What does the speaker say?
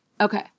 Okay